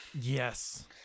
Yes